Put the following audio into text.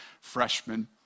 freshman